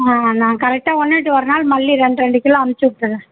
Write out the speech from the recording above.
ஆ நான் கரெக்டாக ஒன்னுவிட்டு ஒரு நாள் மல்லி இரண்டு இரண்டு கிலோ அனுப்ச்சுவுட்டுர்றேன்